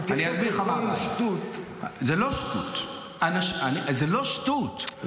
זו לא שטות, זו לא שטות.